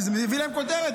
כי זה מביא להם כותרת.